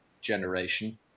generation